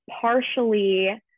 partially